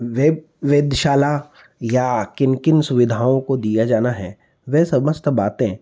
वे वेधशाला या किन किन सुविधाओं को दिया जाना है वे समस्त बातें